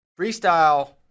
freestyle